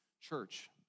Church